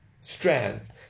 strands